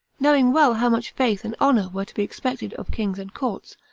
knowing well how much faith and honor were to be expected of kings and courts,